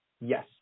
Yes